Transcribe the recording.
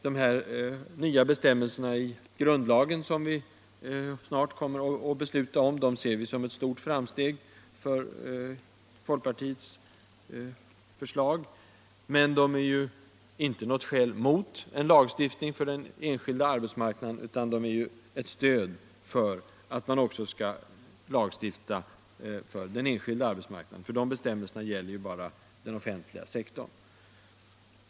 De nya bestämmelserna i grundlagen, som vi snart kommer att besluta om, ser vi som ett stort framsteg för folkpartiets krav. Men de är inte något skäl mot en lagstiftning för den enskilda arbetsmarknaden, utan de är ett stöd för att nu också lagstifta för den. Grundlagsbestämmelserna gäller ju bara den offentliga sektorn.